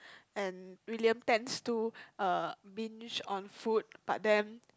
and William tends to uh binge on food but then